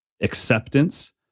acceptance